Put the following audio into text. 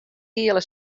giele